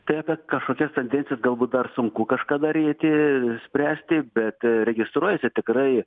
tai apie kažkokias tendencijas galbūt dar sunku kažką daryti spręsti bet registruojasi tikrai